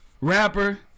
rapper